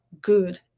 good